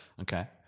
Okay